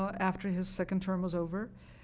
ah after his second term was over.